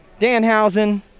Danhausen